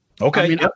Okay